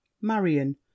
Marion